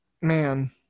Man